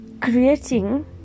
creating